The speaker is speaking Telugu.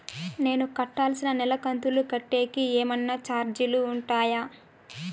నేను కట్టాల్సిన నెల కంతులు కట్టేకి ఏమన్నా చార్జీలు ఉంటాయా?